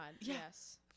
yes